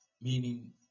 meaning